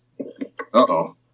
Uh-oh